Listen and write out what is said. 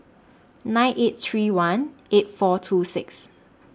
nine eight three one eight four two six